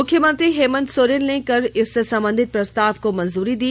मुख्यमंत्री हेमंत सोरेन ने कल इससे संबंधित प्रस्ताव को मंजूरी दी